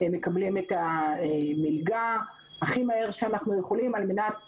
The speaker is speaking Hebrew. מקבלים את המלגה הכי מהר שאנחנו יכולים על מנת